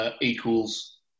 equals